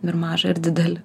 ir mažą ir didelį